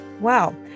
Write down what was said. Wow